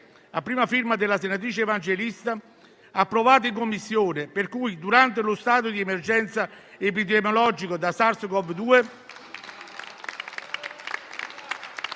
a prima firma della senatrice Evangelista, approvato in Commissione, per cui durante lo stato di emergenza epidemiologica da Sars-Cov-2